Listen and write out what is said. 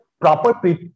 proper